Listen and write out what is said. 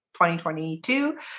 2022